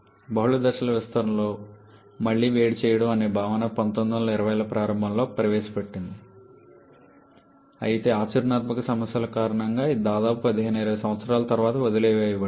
బహుళ దశల విస్తరణతో మళ్లీ వేడి చేయడం అనే భావన 1920ల ప్రారంభంలో ప్రవేశపెట్టబడింది అయితే ఆచరణాత్మక సమస్యల కారణంగా ఇది దాదాపు 15 20 సంవత్సరాల తర్వాత వదిలివేయబడింది